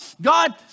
God